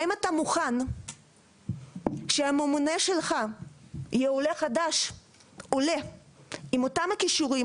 האם אתה מוכן שהממונה שלך יהיה עולה חדש עם אותם הכישורים,